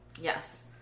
Yes